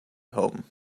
home